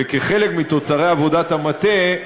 כחלק מתוצרי עבודת המטה,